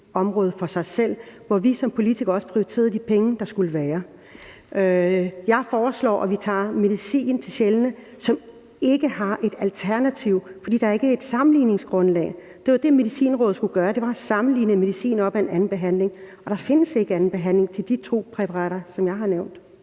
område for sig selv, hvor vi som politikere også prioriterede de penge, der skulle være. Jeg foreslår, at vi kigger på medicin til sjældne diagnoser, hvor man ikke har et alternativ, fordi der ikke er noget sammenligningsgrundlag. Det var det, som Medicinrådet skulle gøre, nemlig at sammenligne medicin med anden behandling. Og der findes ikke anden behandling som alternativ til de to præparater, som jeg har nævnt.